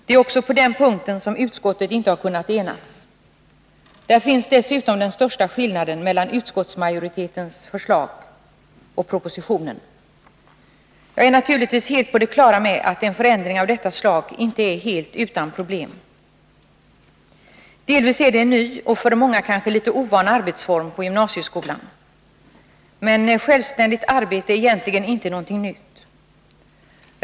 Det är också på den punkten som utskottet inte har kunnat enas. Där finns dessutom den största skillnaden mellan utskottsmajoritetens förslag och propositionen. Jag är naturligtvis helt på det klara med att en förändring av detta slag inte är helt utan problem. Delvis är det en ny och för många kanske litet ovan arbetsform inom gymnasieskolan. Men självständigt arbete är egentligen inte någonting nytt.